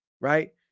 right